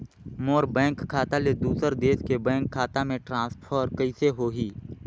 मोर bank खाता ले दुसर देश के बैंक खाता मे ट्रांसफर कइसे होही?